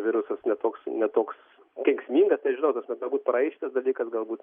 virusas ne toks ne toks kenksmingas nežinau tas gal galbūt praeis šitas dalykas galbūt